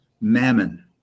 mammon